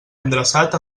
endreçat